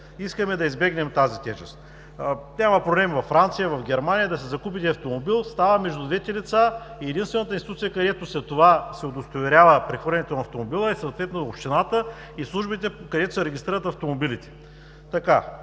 Искаме да избегнем тази тежест. Няма проблем във Франция, в Германия да си закупите автомобил, става между двете лица и единствената институция, където след това се удостоверява, прехвърлянето на автомобила, съответно е общината и службите, където се регистрират автомобилите.